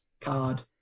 card